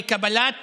לקבלת